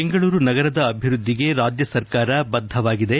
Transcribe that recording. ಬೆಂಗಳೂರು ನಗರದ ಅಭಿವೃದ್ದಿಗೆ ರಾಜ್ಯ ಸರ್ಕಾರ ಬದ್ದವಾಗಿದೆ